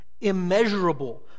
immeasurable